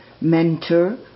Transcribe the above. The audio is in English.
mentor